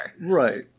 Right